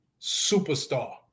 superstar